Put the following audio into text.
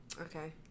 Okay